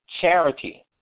charity